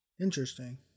Interesting